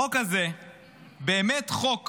החוק הזה הוא באמת חוק